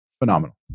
phenomenal